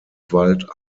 wald